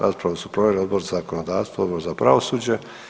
Raspravu su proveli Odbor za zakonodavstvo, Odbor za pravosuđe.